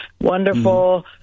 wonderful